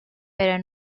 pero